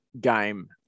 game